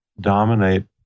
dominate